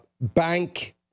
bank